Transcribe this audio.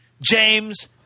James